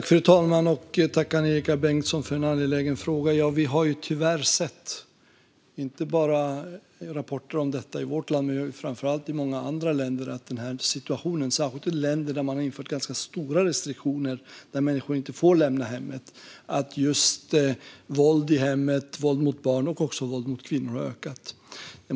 Fru talman! Tack, Angelika Bengtsson, för en angelägen fråga! Vi har tyvärr sett rapporter - inte bara i vårt land utan i många andra länder, framför allt länder där ganska stora restriktioner har införts och där människor inte får lämna hemmet - om att situationen lett till att våld i hemmet, våld mot barn och också våld mot kvinnor har ökat.